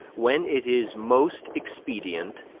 when it is most expedient,